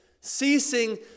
ceasing